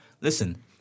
Listen